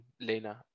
Lena